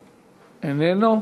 איננו.